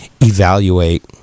evaluate